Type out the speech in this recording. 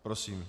Prosím.